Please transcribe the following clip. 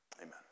Amen